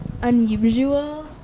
unusual